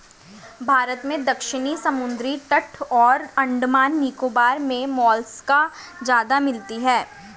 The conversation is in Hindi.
भारत में दक्षिणी समुद्री तट और अंडमान निकोबार मे मोलस्का ज्यादा मिलती है